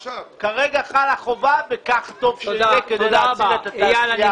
כרגע חלה חובה וטוב שכך יהיה כדי להציל את התעשייה המקומית.